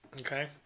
Okay